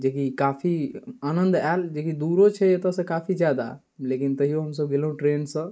जेकि काफी आनन्द आएल जेकि दूरो छै एतऽसँ काफी जादा लेकिन तैओ हमसभ गेलहुँ ट्रेनसँ